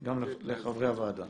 גם לחברי הוועדה.